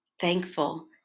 Thankful